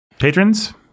patrons